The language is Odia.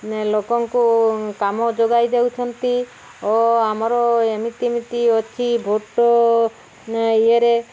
ଲୋକଙ୍କୁ କାମ ଯୋଗାଇ ଦେଉଛନ୍ତି ଓ ଆମର ଏମିତି ଏମିତି ଅଛି ଭୋଟ୍ ଇଏରେ